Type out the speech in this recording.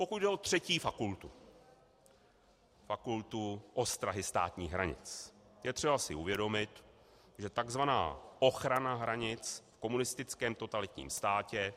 Pokud jde o 3. fakultu, Fakultu ostrahy státních hranic, je třeba si uvědomit, že tzv. ochrana hranic v komunistickém totalitním státě...